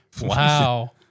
Wow